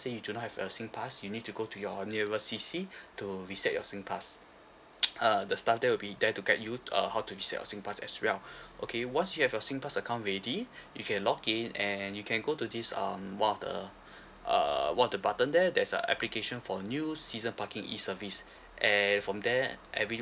you do not have a singpass you need to go to your nearest C_C to reset your singpass uh the staff there will be there to guide you uh how to reset your singpass as well okay once you have your singpass account ready you can log in and you can go to this um one of the uh one of the button there there's a application for new season parking E service and from there every